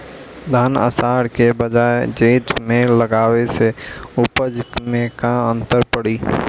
धान आषाढ़ के बजाय जेठ में लगावले से उपज में का अन्तर पड़ी?